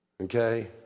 Okay